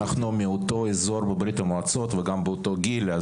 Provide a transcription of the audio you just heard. מאותו אזור בברית המועצות, וגם באותו גיל.